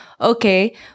okay